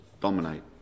dominate